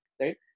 right